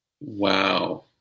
Wow